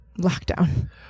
lockdown